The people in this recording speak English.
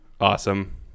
awesome